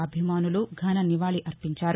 అభిమానులు ఛుననివాళి అర్పించారు